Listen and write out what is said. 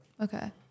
okay